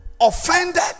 Offended